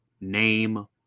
Name